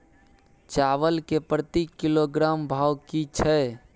चावल के प्रति किलोग्राम भाव की छै?